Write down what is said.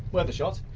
worth a shot!